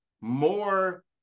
more